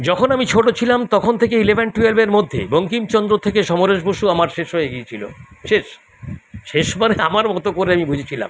যখন আমি ছোটো ছিলাম তখন থেকে ইলেভেন টুয়েলভের মধ্যে বঙ্কিমচন্দ্র থেকে সমরেশ বসু আমার শেষ হয়ে গিয়েছিলো শেষ শেষ মানে আমার মতো করে আমি বুঝেছিলাম